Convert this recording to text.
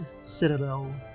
citadel